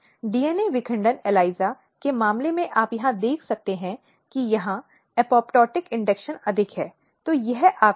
इसमें हस्तक्षेप करना चाहिए जब यह आवश्यक हो